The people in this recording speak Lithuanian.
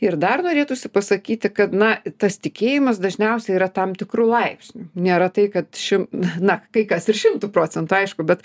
ir dar norėtųsi pasakyti kad na tas tikėjimas dažniausiai yra tam tikru laipsniu nėra tai kad šim na kai kas ir šimtu procentų aišku bet